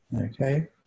Okay